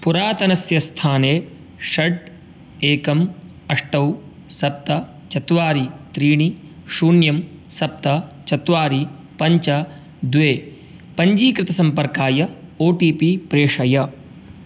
पुरातनस्य स्थाने षट् एकम् अष्टौ सप्त चत्वारि त्रीणि शून्यं सप्त चत्वारि पञ्च द्वे पञ्जीकृतसम्पर्काय ओ टी पी प्रेषय